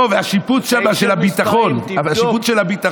לא, והשיפוץ שם של הביטחון ברעננה.